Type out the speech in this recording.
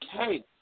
Okay